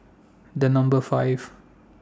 The Number five